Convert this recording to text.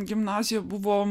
gimnazija buvo